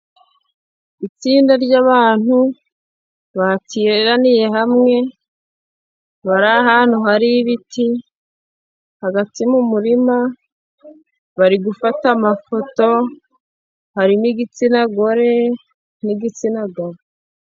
Itsinda ry'abantu bateraniye hamwe, bari ahantu hari ibiti hagatsi mu muririma, bari gufata amafoto hari n'igitsina gore n'igitsina gabo.